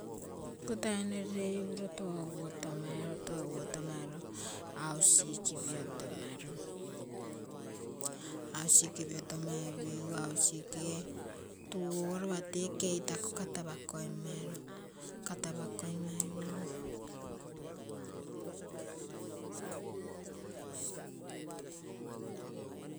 Iko taino rogere upuro toguo tomaro, toguo tomaro hausick piotomaro, hausick piotomai pigu, hausick kige tuu ogo lopa tee keitako kata pakoii maipigu